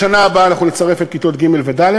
בשנה הבאה נצרף את כיתות ג' וד',